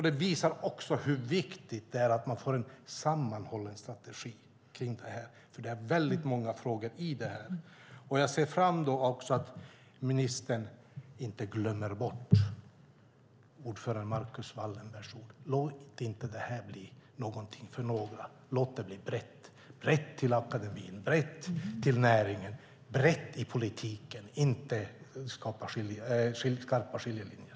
Det visar också hur viktigt det är att man får en sammanhållen strategi kring det här, för det är väldigt många frågor som rör detta. Jag ser också fram emot att ministern inte glömmer bort ordföranden Marcus Wallenbergs ord: Låt inte det här bli någonting för några, låt det bli brett, brett till akademin, brett till näringen, brett i politiken och inte skapa skarpa skiljelinjer.